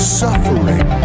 suffering